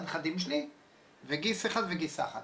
הנכדים שלי וגיס אחד וגיסה אחת,